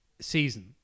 season